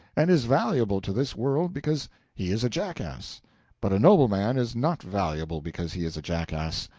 and is valuable to this world because he is a jackass but a nobleman is not valuable because he is a jackass.